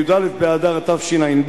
בי"א באדר תשע"ב,